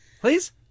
Please